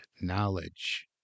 knowledge